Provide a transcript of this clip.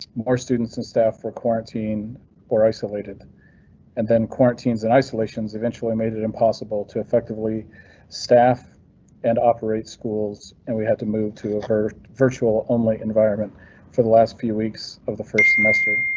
more students and staff for quarantine or isolated and then quarantines and isolations eventually made it impossible to effectively staff and operate schools, and we had to move to avert virtual only environment for the last few weeks of the first semester.